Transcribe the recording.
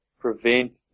prevent